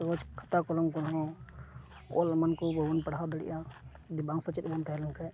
ᱠᱟᱜᱚᱡ ᱠᱷᱟᱛᱟ ᱠᱚᱞᱚᱢ ᱠᱚᱦᱚᱸ ᱚᱞ ᱮᱢᱟᱱ ᱠᱚ ᱵᱟᱵᱚᱱ ᱯᱟᱲᱦᱟᱣ ᱫᱟᱲᱮᱜᱼᱟ ᱡᱩᱫᱤ ᱵᱟᱝ ᱥᱮᱪᱮᱫ ᱵᱚᱱ ᱛᱟᱦᱮᱸ ᱞᱮᱱ ᱠᱷᱟᱡ